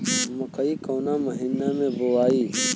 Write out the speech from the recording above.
मकई कवना महीना मे बोआइ?